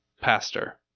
pastor